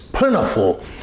Plentiful